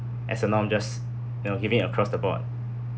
as a norm just you know giving across the board